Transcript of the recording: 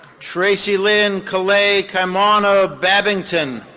tracy lynn kaleigh kamona babbington.